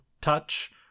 touch